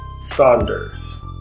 Saunders